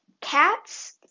Cats